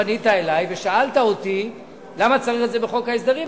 פנית אלי ושאלת אותי למה צריך את זה בחוק ההסדרים,